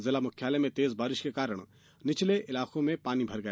जिला मुख्यालय में तेज बारिश के कारण निचले इलाकों में पानी भर गया